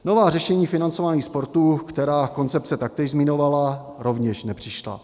Nová řešení financování sportu, která koncepce taktéž zmiňovala, rovněž nepřišla.